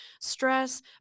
stress